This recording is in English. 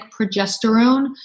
progesterone